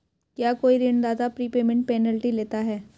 क्या कोई ऋणदाता प्रीपेमेंट पेनल्टी लेता है?